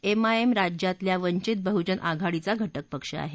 MIM राज्यातल्या वंचित बहुजन आघाडीचा घटकपक्ष आहे